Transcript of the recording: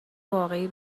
واقعی